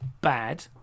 bad